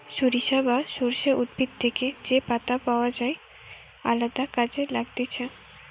সরিষা বা সর্ষে উদ্ভিদ থেকে যে পাতা পাওয় যায় আলদা কাজে লাগতিছে